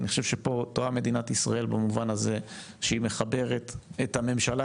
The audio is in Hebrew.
אני חושב שפה טועה מדינת ישראל במובן הזה שהיא מחברת את הממשלה,